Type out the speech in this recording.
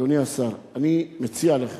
אדוני השר, אני מציע לך,